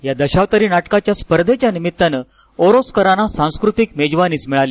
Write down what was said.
या दशावतारी नाटकांच्या स्पर्धेच्या निमित्तानं ओरोसकरांना सांस्कृतिक मेजवानीच मिळाली